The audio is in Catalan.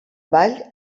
ball